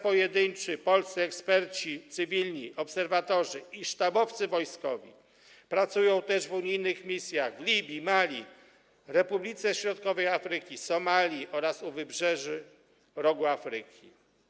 Pojedynczy polscy eksperci cywilni, obserwatorzy i sztabowcy wojskowi pracują też w unijnych misjach w Libii, Mali, Republice Środkowej Afryki, Somalii oraz u wybrzeży Rogu Afryki.